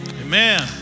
amen